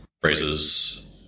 phrases